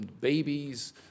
babies